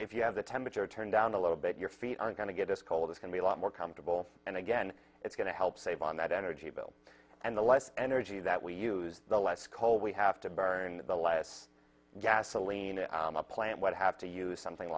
if you have the temperature turned down a little bit your feet aren't going to get as cold it can be a lot more comfortable and again it's going to help save on that energy bill and the less energy that we use the less coal we have to burn the less gasoline in a plant would have to use something